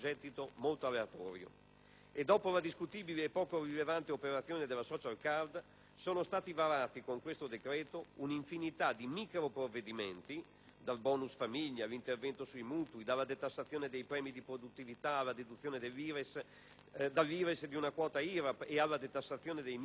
Dopo la discutibile e poco rilevante operazione della *social card*, sono stati varati, con tale decreto-legge, un'infinità di microprovvedimenti (dal *bonus* famiglia all'intervento sui mutui, dalla detassazione dei premi di produttività alla deduzione dall'IRES di una quota IRAP e alla detassazione dei microprogetti di arredo urbano)